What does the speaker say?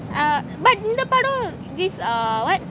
uh but இந்த படம்:intha padam this uh what